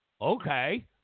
Okay